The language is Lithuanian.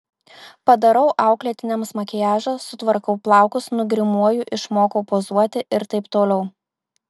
padarau auklėtiniams makiažą sutvarkau plaukus nugrimuoju išmokau pozuoti ir taip toliau